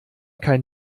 kein